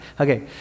okay